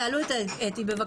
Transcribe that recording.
תעלו את אתי פלר.